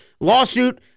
lawsuit